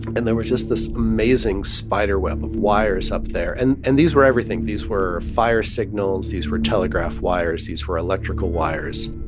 and there was just this amazing spiderweb of wires up there. and and these were everything. these were fire signals. these were telegraph wires. these were electrical wires.